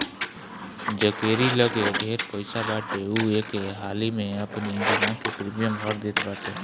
जकेरी लगे ढेर पईसा बाटे उ एके हाली में अपनी बीमा के प्रीमियम भर देत बाटे